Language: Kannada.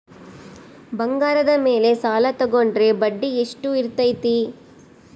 ಬಂಗಾರದ ಮೇಲೆ ಸಾಲ ತೋಗೊಂಡ್ರೆ ಬಡ್ಡಿ ಎಷ್ಟು ಇರ್ತೈತೆ?